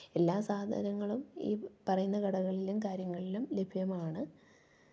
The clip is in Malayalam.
എല്ലാ സാധനങ്ങളും ഈ പറയുന്ന കടകളിലും കാര്യങ്ങളിലും ലഭ്യമാണ്